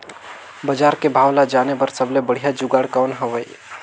बजार के भाव ला जाने बार सबले बढ़िया जुगाड़ कौन हवय?